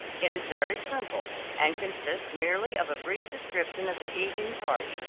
it is very simple, and consists merely of a brief description of an evening party,